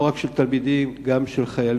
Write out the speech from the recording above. לא רק של תלמידים, גם של חיילים.